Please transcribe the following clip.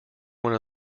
one